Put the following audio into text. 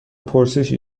پرسشی